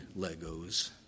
Legos